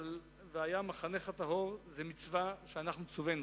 אבל "והיה מחנך טהור" זאת מצווה שאנחנו צווינו.